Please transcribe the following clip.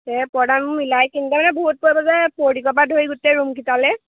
এই পৰ্দা ৰুম মিলাই বহুত পৰিব যে পৰা ধৰি গোটেই ৰুমকেইটালৈ